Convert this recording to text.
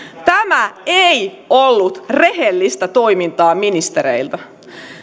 tämä ei ollut rehellistä toimintaa ministereiltä